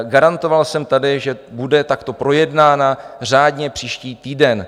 Garantoval jsem tady, že bude takto projednána řádně příští týden.